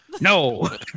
No